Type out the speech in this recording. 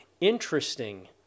Interesting